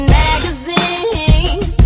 magazines